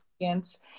audience